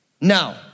Now